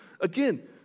again